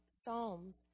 psalms